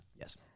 Yes